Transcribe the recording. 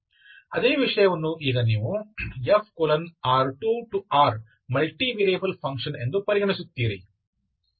ಅದೇ ವಿಷಯವನ್ನು ಈಗ ನೀವು F R2→R ಮಲ್ಟಿವೇರಿಯಬಲ್ ಫಂಕ್ಷನ್ ಎಂದು ಪರಿಗಣಿಸುತ್ತೀರಿ